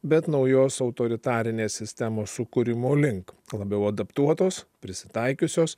bet naujos autoritarinės sistemos sukūrimo link labiau adaptuotos prisitaikiusios